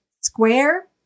Square